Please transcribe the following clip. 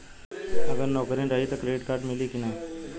अगर नौकरीन रही त क्रेडिट कार्ड मिली कि ना?